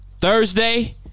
Thursday